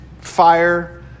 fire